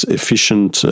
efficient